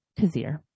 Kazir